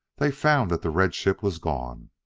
they found that the red ship was gone.